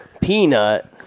Peanut